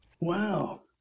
Wow